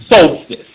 solstice